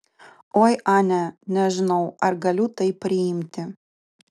oi ane nežinau ar galiu tai priimti